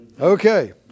Okay